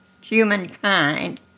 humankind